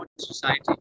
society